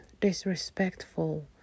disrespectful